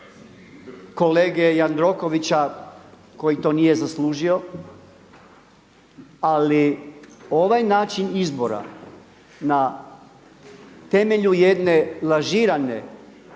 kolege Jandrokovića koji to nije zaslužio, ali ovaj način izbora na temelju jedne lažirane